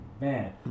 man